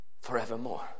forevermore